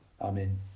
Amen